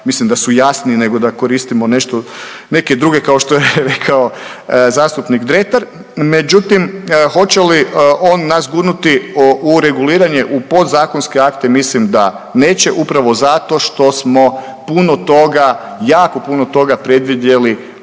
mislim da su jasniji nego da koristimo nešto, neke druge kao što je rekao zastupnik Dretar. Međutim, hoće li on nas gurnuti u reguliranje u podzakonske akte mislim da neće upravo zato što smo puno toga, jako puno toga predvidjeli u zakonu.